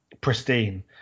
pristine